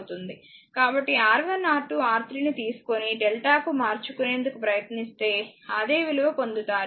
కాబట్టిR1 R2R3 ని తీసుకొని delta కు మార్చుకునేందుకు ప్రయత్నిస్తే అదే విలువ పొందుతారు